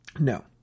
no